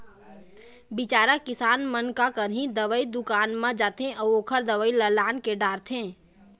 बिचारा किसान मन का करही, दवई दुकान म जाथे अउ ओखर दवई ल लानके डारथे